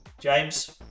James